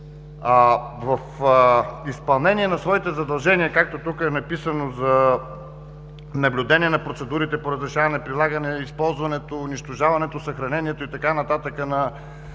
В изпълнение на своите задължения, както тук е написано: за наблюдение на процедурите по разрешаване, прилагане използването, унищожаването, съхранението и така нататък на